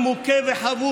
אז אתה לא תדבר ככה,